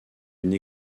une